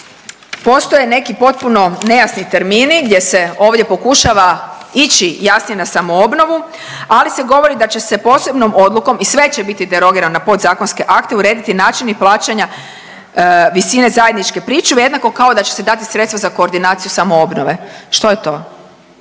postoje neki potpuno nejasni termini gdje se ovdje pokušava ići jasnije na samoobnovu, ali se govori da će se posebnom odlukom, i sve će biti derogirano na podzakonske akte, urediti načini plaćanja visine zajedničke pričuve jednako kao da će se dati sredstva za koordinaciju samoobnove, što je to,